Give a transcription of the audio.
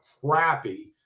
crappy